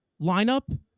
lineup